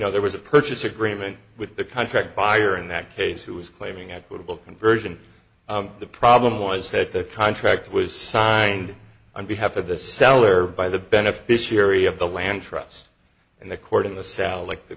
know there was a purchase agreement with the contract buyer in that case who was claiming equitable conversion the problem was that the contract was signed on behalf of the seller by the beneficiary of the land trust and the court in the sally like the